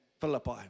Philippi